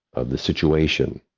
of the situation,